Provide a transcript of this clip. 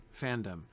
fandom